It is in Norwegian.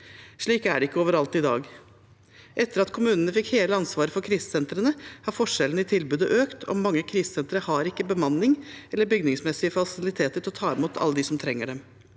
Slik er det ikke overalt i dag. Etter at kommunene fikk hele ansvaret for krisesentrene, har forskjellene i tilbudet økt, og mange krisesentre har ikke bemanning eller bygningsmessige fasiliteter til å ta imot alle dem som trenger dem.